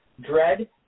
dread